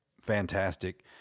fantastic